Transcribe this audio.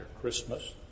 Christmas